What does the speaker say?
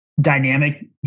dynamic